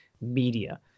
media